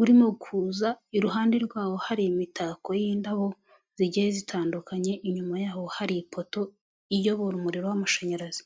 urimo kuza, iruhande rwaho hari imitako y'indabo zigiye zitandukanye, inyuma yaho hari ipoto iyobora umuriro w'amashanyarazi.